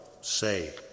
say